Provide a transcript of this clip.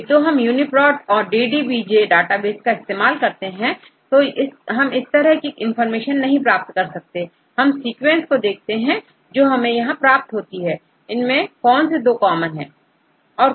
किंतु हम यूनीप्रोत और डीडीबीजे डाटाबेस का इस्तेमाल करते हैं तो हम इस तरह की इंफॉर्मेशन नहीं प्राप्त कर सकते हम सीक्वेंस को देखते हैं जो हमें यहां प्राप्त होती हैं इनमें कौन से दो कॉमन है